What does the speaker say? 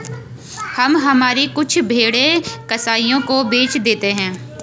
हम हमारी कुछ भेड़ें कसाइयों को बेच देते हैं